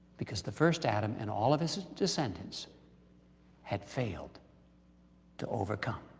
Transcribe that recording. because the first adam and all of his descendants had failed to overcome.